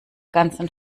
ganzen